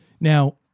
Now